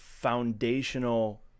foundational